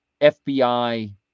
FBI